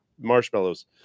marshmallows